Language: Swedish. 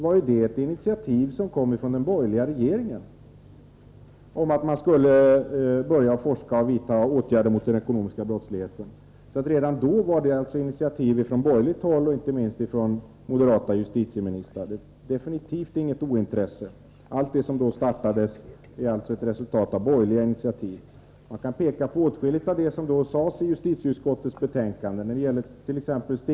Jag vill emellertid framhålla att det var en borgerlig regering som tog initiativ till forskning och åtgärder på detta område. Redan då tog alltså vi från borgerligt håll initiativ. Det gäller inte minst den tidigare moderate justitieministern. Allt som påbörjats är alltså ett resultat av borgerligt initiativtagande. Det finns åtskilligt i justitieutskottets betänkanden från den tiden att peka på. Det gällert.